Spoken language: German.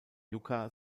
yucca